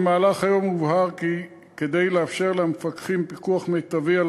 במהלך היום הובהר כי כדי לאפשר למפקחים פיקוח מיטבי על